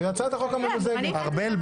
--- ארבל,